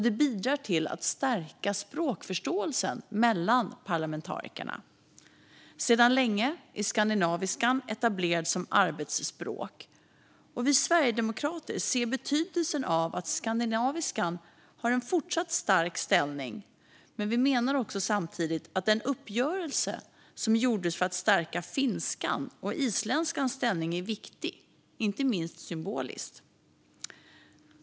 Det bidrar till att stärka språkförståelsen mellan parlamentarikerna. Sedan länge är skandinaviskan etablerad som arbetsspråk. Vi sverigedemokrater ser betydelsen av att skandinaviskan har en fortsatt stark ställning. Men vi menar samtidigt att den uppgörelse som gjordes för att stärka finskans och isländskans ställning är viktig, inte minst symboliskt.